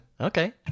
Okay